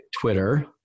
Twitter